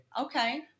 Okay